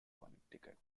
connecticut